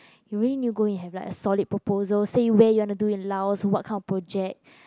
you really new go and write a solid proposal say way you want to do in Laos what's kind of project